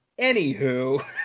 anywho